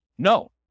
No